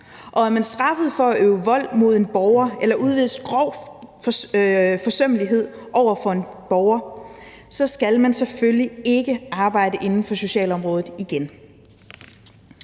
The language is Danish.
og er man straffet for at øve vold mod en borger eller for at udvise grov forsømmelighed over for en borger, skal man selvfølgelig ikke arbejde inden for socialområdet igen.